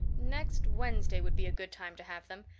next wednesday would be a good time to have them.